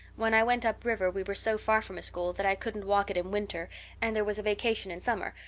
when i went up river we were so far from a school that i couldn't walk it in winter and there was a vacation in summer,